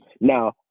Now